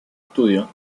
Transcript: estudio